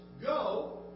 Go